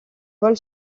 vols